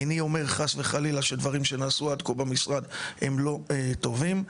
איני אומר חס וחלילה שדברים שנעשו עד כה במשרד הם לא טובים,